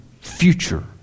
future